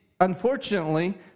Unfortunately